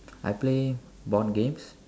I play board games